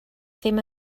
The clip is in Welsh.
ddim